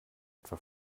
etwa